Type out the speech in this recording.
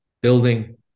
building